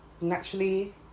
naturally